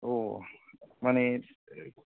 मानि